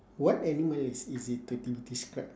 what animal is is it to be described